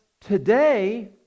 today